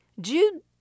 Jude